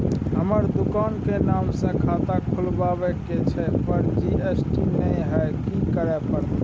हमर दुकान के नाम से खाता खुलवाबै के छै पर जी.एस.टी नय हय कि करे परतै?